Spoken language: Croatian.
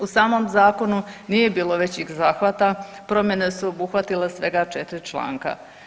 U samom zakonu nije bilo većih zahvata, promjene su obuhvatile svega 4 članka.